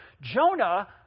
Jonah